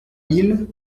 mille